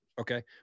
okay